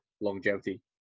longevity